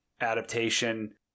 adaptation